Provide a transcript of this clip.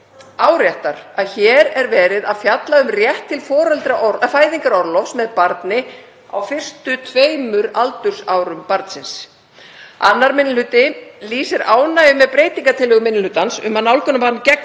áréttar að hér er verið að fjalla um rétt til fæðingarorlofs með barni á fyrstu tveimur aldursárum barnsins. 2. minni hluti lýsir ánægju með breytingartillögu minni hlutans um að nálgunarbann gegn